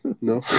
no